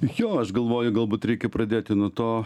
jo aš galvoju galbūt reikia pradėti nuo to